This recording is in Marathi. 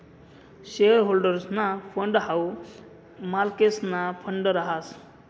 शेअर होल्डर्सना फंड हाऊ मालकेसना फंड रहास